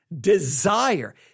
desire